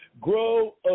Grow